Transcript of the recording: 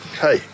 Hey